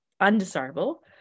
undesirable